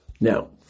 Now